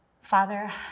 Father